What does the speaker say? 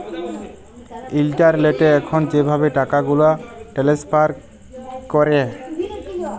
ইলটারলেটে এখল যেভাবে টাকাগুলা টেলেস্ফার ক্যরে